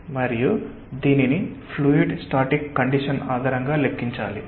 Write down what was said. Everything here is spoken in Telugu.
మరియు దీనిని ఫ్లూయిడ్ స్టాటిక్ కండిషన్ ఆధారంగా లెక్కించాలి